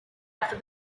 after